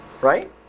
Right